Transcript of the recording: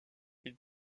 ils